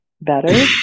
better